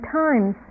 times